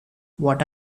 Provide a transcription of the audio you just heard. what